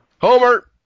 Homer